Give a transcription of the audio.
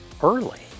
early